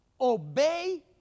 Obey